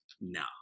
no